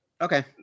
Okay